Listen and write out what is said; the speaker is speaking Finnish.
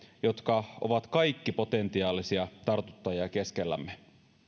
jotka ovat kaikki potentiaalisia tartuttajia keskellämme